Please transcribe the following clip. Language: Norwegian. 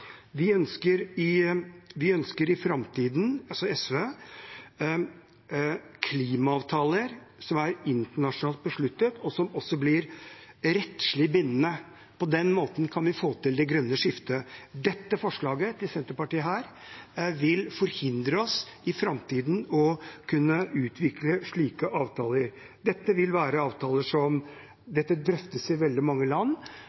Vi, altså SV, ønsker i framtiden klimaavtaler som er internasjonalt besluttet, og som også blir rettslig bindende. På den måten kan vi få til det grønne skiftet. Dette forslaget fra Senterpartiet vil forhindre oss i å kunne utvikle slike avtaler i framtiden. Dette drøftes i veldig mange land.